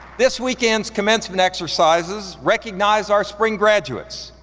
this weekend's commencement exercises recognize our spring graduates.